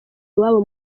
iwabo